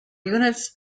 units